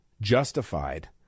justified